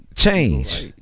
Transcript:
Change